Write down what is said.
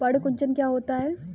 पर्ण कुंचन क्या होता है?